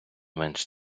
менш